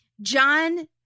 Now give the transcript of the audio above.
John